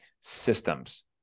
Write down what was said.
systems